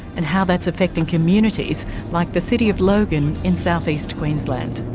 and how that's affecting communities like the city of logan in south-east queensland.